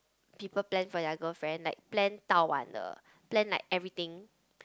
people plan for their girlfriend like plan 到完了 plan like everything